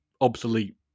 obsolete